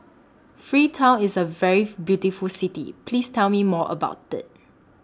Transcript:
Freetown IS A very beautiful City Please Tell Me More about IT